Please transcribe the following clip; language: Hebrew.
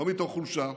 לא מתוך חולשה.